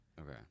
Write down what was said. Okay